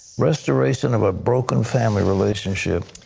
restoration of a broken family relationship.